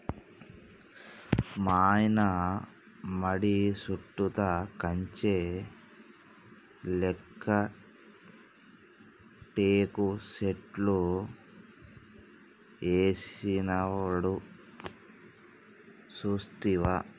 మాయన్న మడి సుట్టుతా కంచె లేక్క టేకు సెట్లు ఏసినాడు సూస్తివా